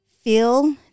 feel